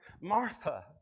Martha